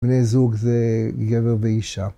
בני זוג זה גבר ואישה.